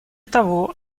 того